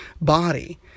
body